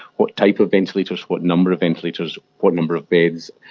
what type of ventilators, what number of ventilators, what number of beds,